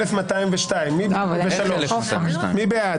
1,210 מי בעד?